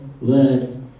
words